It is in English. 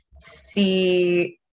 see